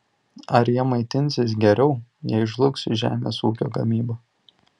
ar jie maitinsis geriau jei žlugs žemės ūkio gamyba